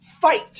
fight